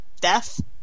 death